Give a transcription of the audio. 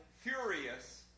furious